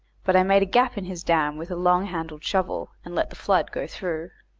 but i made a gap in his dam with a long-handled shovel, and let the flood go through.